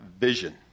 vision